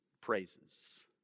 praises